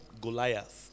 Goliath